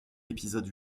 l’épisode